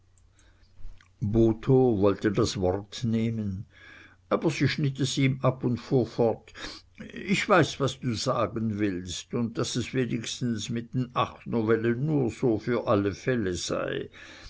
botho wollte das wort nehmen aber sie schnitt es ihm ab und fuhr fort ich weiß was du sagen willst und daß es wenigstens mit den acht novellen nur so für alle fälle sei